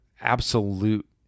absolute